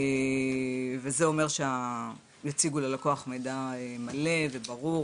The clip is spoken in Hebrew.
וזה אומר שיציגו ללקוח מידע מלא וברור